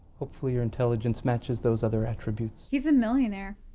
hopefully your intelligence matches those other attributes. he's a millionaire,